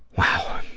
wow.